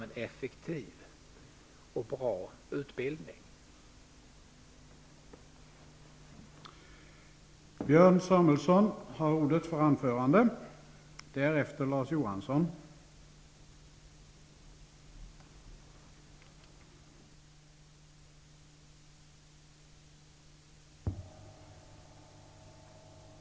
En effektiv och bra utbildning tvingas fram.